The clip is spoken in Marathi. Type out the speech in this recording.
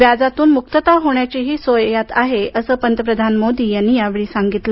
व्याजातून मुक्तता होण्याचीही सुविधा आहे असं पंतप्रधान मोदी यांनी यावेळी सांगितलं